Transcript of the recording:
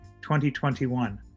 2021